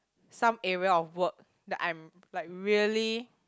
some area of work that I'm like really